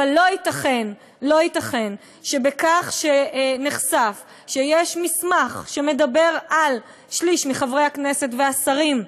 אבל לא ייתכן שבכך שנחשף שיש מסמך שמדבר על שליש מחברי הכנסת והשרים,